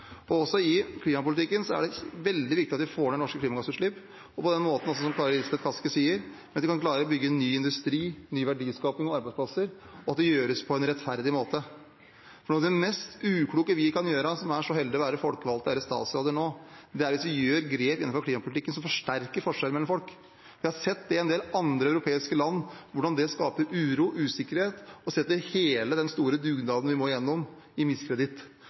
I klimapolitikken er det veldig viktig at vi får ned norske klimagassutslipp, og også på den måten som Kari Elisabeth Kaski sier, ved at vi kan klare å bygge ny industri, ny verdiskaping og arbeidsplasser, og at det gjøres på en rettferdig måte. Noe av det mest ukloke vi som er så heldige å være folkevalgte eller statsråder nå kan gjøre, er å gjøre grep innenfor klimapolitikken som forsterker forskjellene mellom folk. Vi har sett i en del andre europeiske land hvordan det skaper uro og usikkerhet og setter hele den store dugnaden vi må gjennom, i miskreditt.